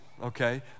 okay